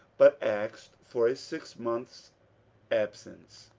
but asked for a six months' absence.